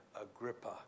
Agrippa